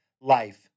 life